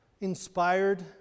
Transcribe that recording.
inspired